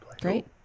Great